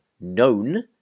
known